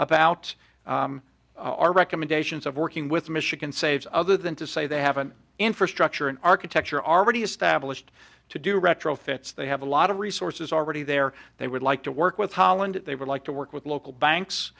about our recommendations of working with michigan saves other than to say they have an infrastructure an architecture already established to do retrofits they have a lot of resources already there they would like to work with holland they would like to work with local banks